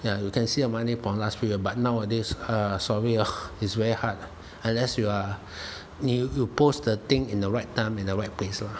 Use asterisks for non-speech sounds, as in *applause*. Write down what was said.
ya you can see the money from last few years but nowadays *noise* sorry hor it's very hard ah unless you are 你 you post the thing at the right time and the right place lor